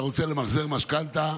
שכשאתה רוצה למחזר משכנתה,